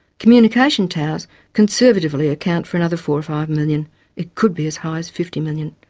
communication towers conservatively account for another four or five million it could be as high as fifty million.